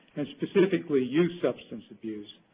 and specifically youth substance abuse.